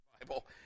Bible